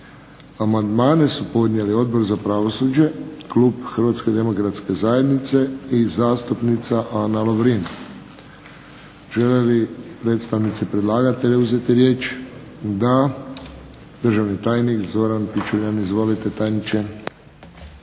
Amandmane su podnijeli Odbor za pravosuđe, klub Hrvatske demokratske zajednice i zastupnica Ana Lovrin. Žele li predstavnici predlagatelja uzeti riječ? Da. Državni tajnik Zoran Pičuljan. Izvolite tajniče.